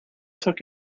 took